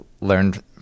learned